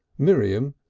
miriam,